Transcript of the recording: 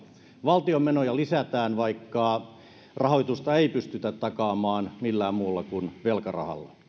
valtion menoja lisätään vaikka rahoitusta ei pystytä takaamaan millään muulla kuin velkarahalla